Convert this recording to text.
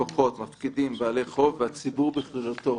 לקוחות, מפקידים, בעלי חוב, הציבור בכללותו,